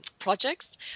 Projects